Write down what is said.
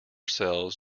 sells